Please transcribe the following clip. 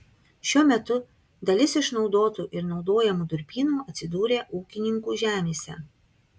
šiuo metu dalis išnaudotų ir naudojamų durpynų atsidūrė ūkininkų žemėse